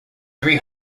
three